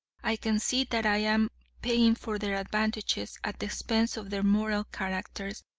i can see that i am paying for their advantages at the expense of their moral characters,